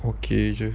okay jer